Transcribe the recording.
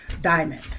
diamond